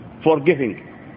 forgiving